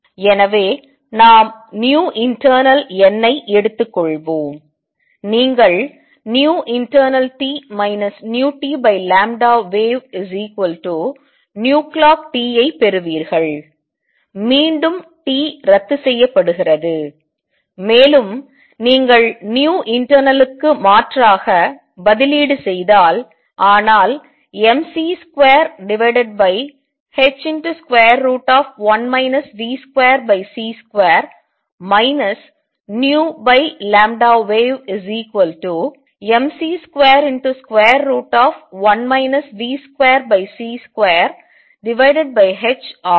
எனவே நாம் internal n ஐ எடுத்துக்கொள்வோம் நீங்கள் internalt vtwave clockt ஐ பெறுவீர்கள் மீண்டும் t ரத்து செய்யப்படுகிறது மேலும் நீங்கள் internal க்கு மாற்றாக பதிலீடு செய்தால் ஆனால் mc2h1 v2c2 vwavemc21 v2c2h ஆகும்